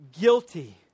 Guilty